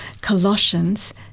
Colossians